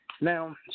Now